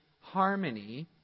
harmony